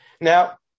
Now